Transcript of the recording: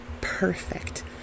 perfect